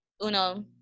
Uno